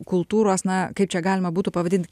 kultūros na kaip čia galima būtų pavadint